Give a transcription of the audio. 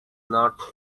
not